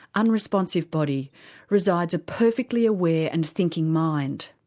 unresponsive body resides a perfectly aware and thinking mind.